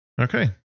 Okay